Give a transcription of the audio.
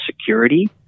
security